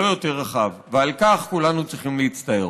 לא יותר רחב, ועל כך כולנו צריכים להצטער.